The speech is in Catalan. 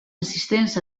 assistents